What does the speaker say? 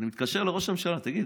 אני מתקשר לראש הממשלה: תגיד,